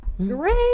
great